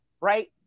right